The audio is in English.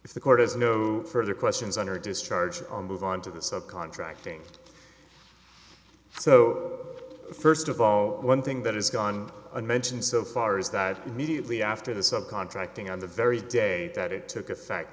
if the court has no further questions on her discharge on move on to the sub contracting so first of all one thing that has gone on mentioned so far is that mediately after the sub contracting on the very day that it took effect